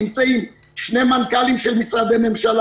נמצאים בה שני מנכ"לים של משרדי ממשלה,